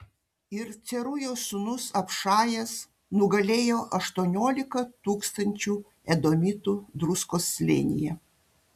ir cerujos sūnus abšajas nugalėjo aštuoniolika tūkstančių edomitų druskos slėnyje